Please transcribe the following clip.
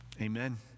Amen